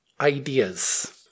ideas